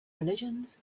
religions